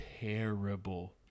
terrible